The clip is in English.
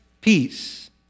peace